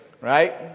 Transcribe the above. right